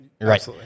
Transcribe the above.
right